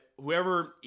whoever